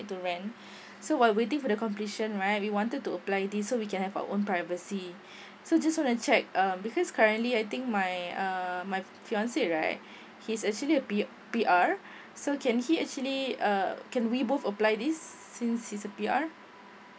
to rent so while waiting for the completion right we wanted to apply this so we can have our own privacy so just want to check um because currently I think my uh my fiance right he's actually a P P_R so can he actually uh can we both apply this since he is a P_R